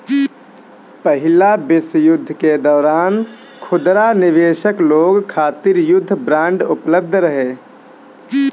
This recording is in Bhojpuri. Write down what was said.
पहिला विश्व युद्ध के दौरान खुदरा निवेशक लोग खातिर युद्ध बांड उपलब्ध रहे